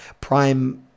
Prime